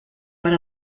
per